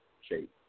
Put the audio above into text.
shape